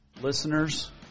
listeners